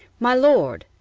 my lord,